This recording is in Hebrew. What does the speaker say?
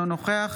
אינו נוכח